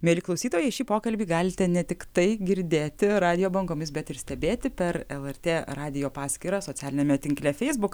mieli klausytojai šį pokalbį galite ne tiktai girdėti radijo bangomis bet ir stebėti per elartė radijo paskyrą socialiniame tinkle feisbuk